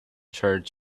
church